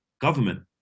government